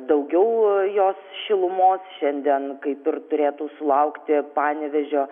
daugiau a jos šilumos šiandien kaip ir turėtų sulaukti panevėžio